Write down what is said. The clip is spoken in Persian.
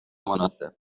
مناسب